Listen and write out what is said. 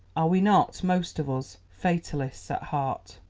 are we not, most of us, fatalists at heart?